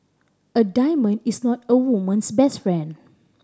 a diamond is not a woman's best friend